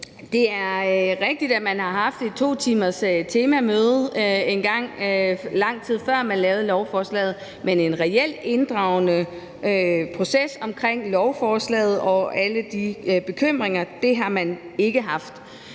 Det er rigtigt, at man har haft et 2-timers temamøde, lang tid før man lavede lovforslaget, men en reelt inddragende proces omkring lovforslaget og alle de bekymringer har man ikke haft.